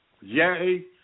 Yay